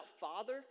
father